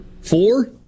Four